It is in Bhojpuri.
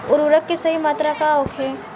उर्वरक के सही मात्रा का होखे?